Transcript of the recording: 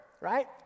right